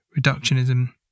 Reductionism